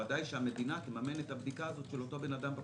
בוודאי המדינה תממן את הבדיקה הזאת של אותו אדם.